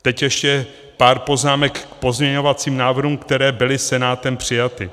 Teď ještě pár poznámek k pozměňovacím návrhům, které byly Senátem přijaty.